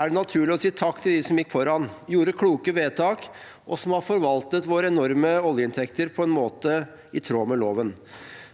er det naturlig å si takk til dem som gikk foran, som gjorde kloke vedtak, og som har forvaltet våre enorme oljeinntekter på en måte som er i tråd med loven.